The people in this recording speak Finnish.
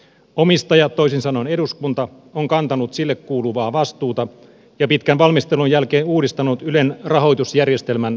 omistaja toisin sanoen eduskunta on kantanut sille kuuluvaa vastuuta ja pitkän valmistelun jälkeen uudistanut ylen rahoitusjärjestelmän kokonaan